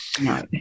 No